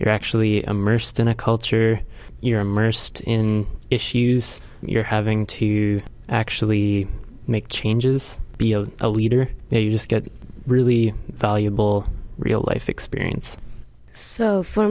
you're actually immersed in a culture you're immersed in issues you're having to actually make changes beyond a leader there you just get really valuable real life experience so for